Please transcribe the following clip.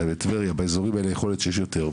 בטבריה באזורים האלה יכול להיות שיש יותר,